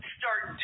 start